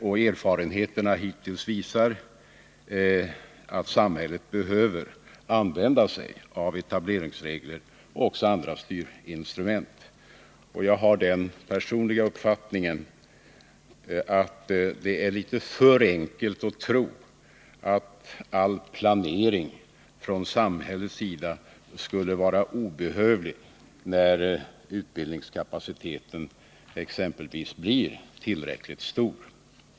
Och erfarenheterna hittills visar att samhället behöver använda sig av etableringsregler och även av andra styrinstrument. Jag har den personliga uppfattningen att det är litet för enkelt att tro att all planering från samhällets sida skulle vara obehövlig när exempelvis utbildningskapaciteten blir tillräckligt stor.